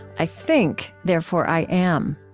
i think, therefore i am.